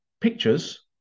pictures